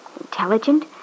intelligent